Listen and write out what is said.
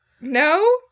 No